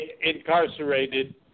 incarcerated